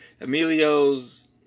emilio's